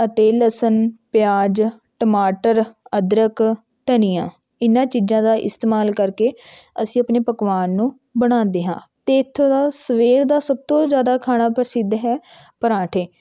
ਅਤੇ ਲਸਣ ਪਿਆਜ ਟਮਾਟਰ ਅਦਰਕ ਧਨੀਆ ਇਹਨਾਂ ਚੀਜ਼ਾਂ ਦਾ ਇਸਤੇਮਾਲ ਕਰਕੇ ਅਸੀਂ ਆਪਣੇ ਪਕਵਾਨ ਨੂੰ ਬਣਾਉਂਦੇ ਹਾਂ ਅਤੇ ਇੱਥੋਂ ਦਾ ਸਵੇਰ ਦਾ ਸਭ ਤੋਂ ਜ਼ਿਆਦਾ ਖਾਣਾ ਪ੍ਰਸਿੱਧ ਹੈ ਪਰਾਂਠੇ